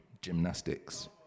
gymnastics